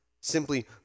simply